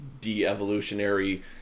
de-evolutionary